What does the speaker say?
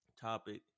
topic